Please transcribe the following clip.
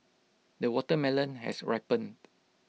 the watermelon has ripened